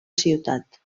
ciutat